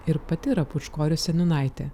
ir pati yra pūčkorių seniūnaitė